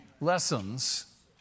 lessons